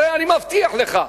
הרי אני מבטיח לך,